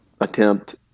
attempt